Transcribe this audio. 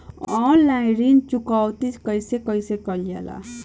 Online ऋण चुकौती कइसे कइसे कइल जाला?